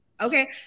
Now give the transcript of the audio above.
okay